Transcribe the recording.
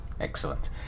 Excellent